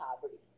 poverty